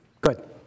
good